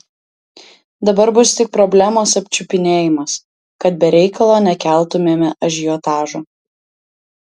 dabar bus tik problemos apčiupinėjimas kad be reikalo nekeltumėme ažiotažo